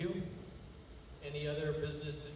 you any other business